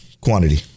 Quantity